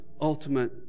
ultimate